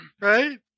Right